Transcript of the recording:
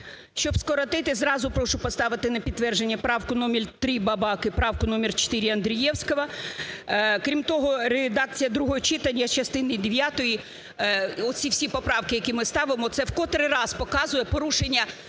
Щоб скоротити, зразу прошу поставити на підтвердження правку номер 3 Бабак і правку номер 4 Андрієвського. Крім того, редакція другого читання частини дев'ятої. Оці всі поправки, які ми ставимо, це в котрий раз показує порушення